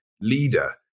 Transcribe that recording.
leader